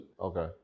okay